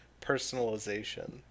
personalization